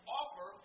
offer